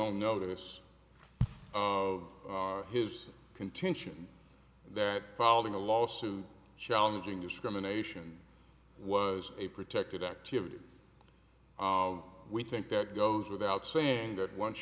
on notice of his contention that following a lawsuit challenging discrimination was a protected activity we think that goes without saying that once